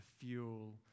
fuel